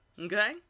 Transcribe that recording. okay